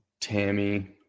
Tammy